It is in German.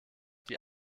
die